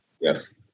Yes